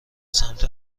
سمت